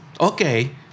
okay